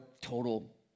total